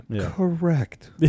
Correct